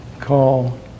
call